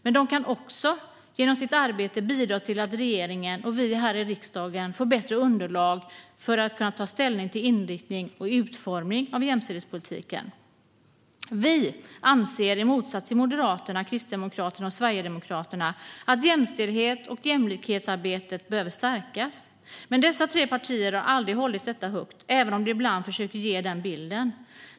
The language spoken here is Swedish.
Men de kan också genom sitt arbete bidra till att regeringen och vi här i riksdagen får bättre underlag för att kunna ta ställning till inriktning och utformning av jämställdhetspolitiken. Vi anser i motsats till Moderaterna, Kristdemokraterna och Sverigedemokraterna att jämställdhets och jämlikhetsarbetet behöver stärkas. Men dessa tre partier har aldrig hållit detta högt, även om de ibland försöker ge denna bild.